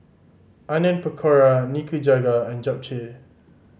Onion Pakora Nikujaga and Japchae